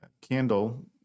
candle